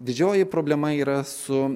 didžioji problema yra su